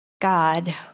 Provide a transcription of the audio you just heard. God